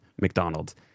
McDonald's